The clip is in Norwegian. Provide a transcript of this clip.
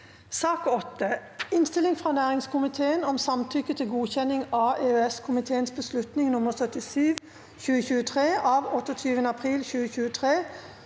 Innstilling fra næringskomiteen om Samtykke til god- kjenning av EØS-komiteens beslutning nr. 77/2023 av 28. april 2023